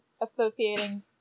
associating